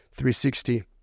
360